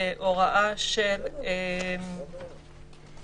בהוראה של תפוסה